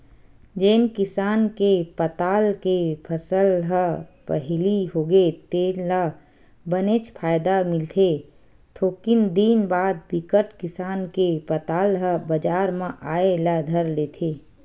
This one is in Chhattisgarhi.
जेन किसान के पताल के फसल ह पहिली होगे तेन ल बनेच फायदा मिलथे थोकिन दिन बाद बिकट किसान के पताल ह बजार म आए ल धर लेथे